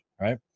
Right